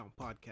Podcast